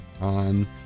on